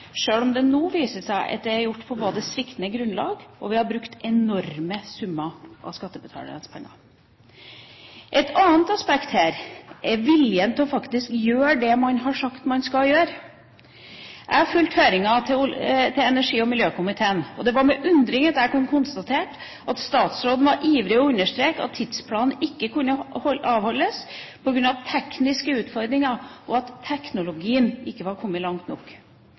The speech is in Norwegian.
sjøl om det nå viser seg at det er gjort på sviktende grunnlag, og at vi har brukt enorme summer av skattebetalernes penger. Et annet aspekt her er viljen til faktisk å gjøre det man har sagt man skal gjøre. Jeg har fulgt høringa til energi- og miljøkomiteen, og det var med undring at jeg kunne konstatere at statsråden var ivrig etter å understreke at tidsplanen ikke kunne holdes på grunn av tekniske utfordringer, og at teknologien ikke var kommet langt nok.